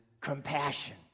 compassion